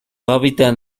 hábitat